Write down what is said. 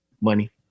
money